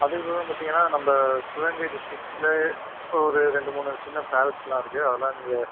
அதுக்கப்புறம் பார்த்தீங்கனா நம்ம சிவகங்கை டிஸ்டிரிக்ஸில் ஒரு ரெண்டு மூணு சின்ன பேலஸ்லாக இருக்குது அதெல்லாம் நீங்கள்